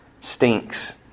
Stinks